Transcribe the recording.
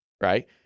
right